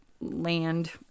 land